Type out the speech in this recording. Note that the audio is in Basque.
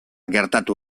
gertatu